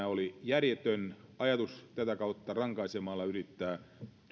oli järjetön ajatus tätä kautta rankaisemalla yrittää